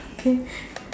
okay